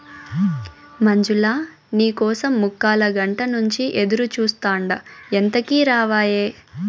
మంజులా, నీ కోసం ముక్కాలగంట నుంచి ఎదురుచూస్తాండా ఎంతకీ రావాయే